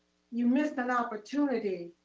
you missed that opportunity